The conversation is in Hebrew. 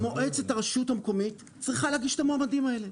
מועצת הרשות המקומית צריכה להגיש את המועמדים האלה,